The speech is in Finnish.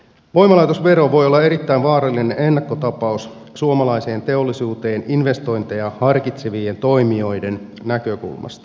voimalaitosvero voi olla erittäin vaarallinen ennakkotapaus suomalaiseen teollisuuteen investointeja harkitsevien toimijoiden näkökulmasta